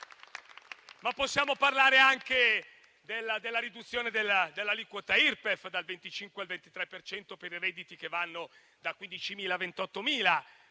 Ma possiamo parlare anche della riduzione dell'aliquota Irpef dal 25 al 23 per cento per i redditi che vanno da 15.000 a 28.000